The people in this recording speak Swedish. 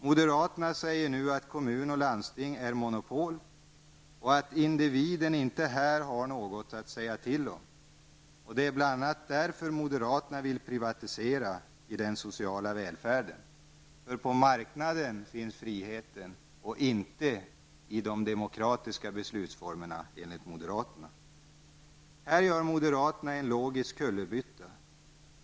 Moderaterna säger nu att kommuner och landsting är monopol och att individen inte här har något att säga till om. Det är bl.a. därför som moderaterna vill privatisera i den sociala välfärden. De anser att friheten finns på marknaden och inte i de demokratiska beslutsformerna. I detta sammanhang gör moderaterna en logisk kullerbytta.